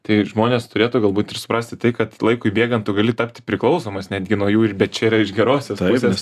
tai žmonės turėtų galbūt ir suprasti tai kad laikui bėgant tu gali tapti priklausomas netgi nuo jų ir bet čia yra iš gerosios pusės